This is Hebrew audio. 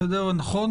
נכון?